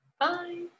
bye